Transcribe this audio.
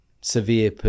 severe